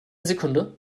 sekunde